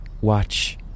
watch